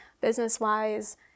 business-wise